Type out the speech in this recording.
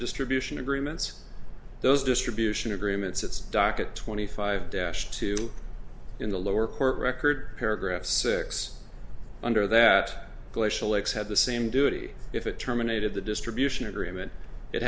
distribution agreements those distribution agreements it's docket twenty five dash two in the lower court record paragraph six under that glacial ex had the same duty if it terminated the distribution agreement it